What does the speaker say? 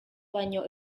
baino